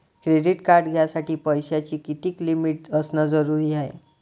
Credit card घ्यासाठी पैशाची कितीक लिमिट असनं जरुरीच हाय?